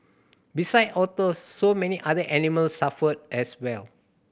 besides otters so many other animals suffer as well